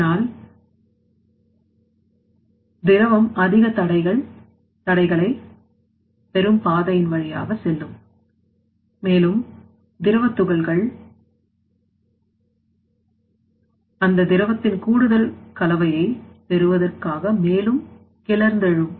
இதனால் திரவம்நீங்கள் அதிக தடைகளை பெரும் பாதையின் வழியாக செல்லும் மேலும் திரவ துகள்கள் அந்த திரவத்தின் கூடுதல் கலவையை பெறுவதற்காகமேலும் கிளர்ந்தெழும்